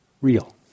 real